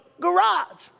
garage